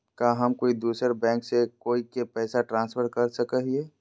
का हम कोई दूसर बैंक से कोई के पैसे ट्रांसफर कर सको हियै?